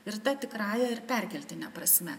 ir ta tikrąja ir perkeltine prasme